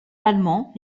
l’allemand